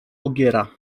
ogiera